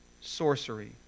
sorcery